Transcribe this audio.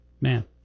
Man